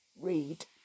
read